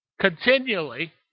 continually